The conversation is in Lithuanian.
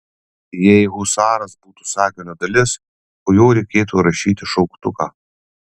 jei husaras būtų sakinio dalis po jo reikėtų rašyti šauktuką